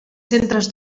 centres